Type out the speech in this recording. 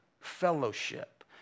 fellowship